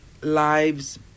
lives